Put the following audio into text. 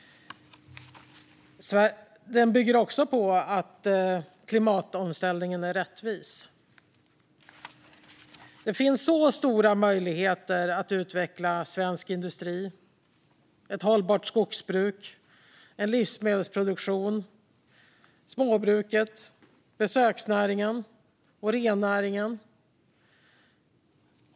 Den bygger också på att klimatomställningen är rättvis. Det finns stora möjligheter att utveckla svensk industri, ett hållbart skogsbruk, livsmedelsproduktionen, småbruket, besöksnäringen och rennäringen.